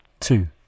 Two